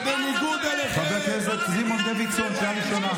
על מה אתה מדבר?